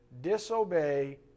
disobey